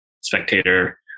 spectator